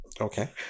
okay